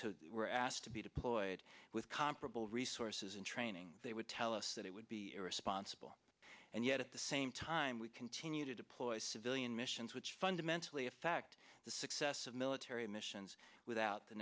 to we're asked to be deployed with comparable resources and training they would tell us that it would be irresponsible and yet at the same time we continue to deploy civilian missions which fundamentally affect the success of military missions without the